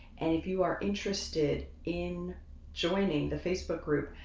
and if you are interested in joining the facebook group,